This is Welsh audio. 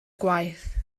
gwaith